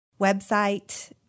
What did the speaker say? website